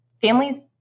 families